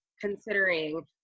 considering